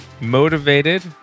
Motivated